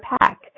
pack